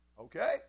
okay